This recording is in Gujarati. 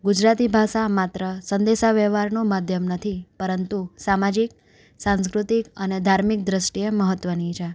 ગુજરાતી ભાષા માત્ર સંદેશા વ્યવ્હારનો માધ્યમ નથી પરંતુ સામાજિક સાંસ્કૃતિક અને ધાર્મિક દૃષ્ટીએ મહત્વની છે